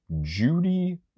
Judy